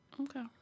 Okay